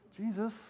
Jesus